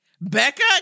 Becca